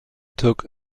took